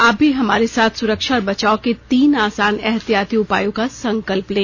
आप भी हमारे साथ सुरक्षा और बचाव के तीन आसान एहतियाती उपायों का संकल्प लें